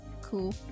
Cool